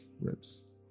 ribs